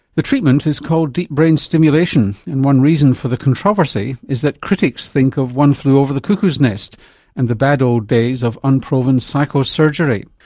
the treatment is called deep brain stimulation and one reason for the controversy is that critics think of one flew over the cuckoo's nest and the bad old days of unproven psychosurgery.